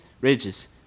ridges